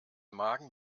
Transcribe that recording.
magen